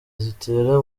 zitera